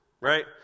right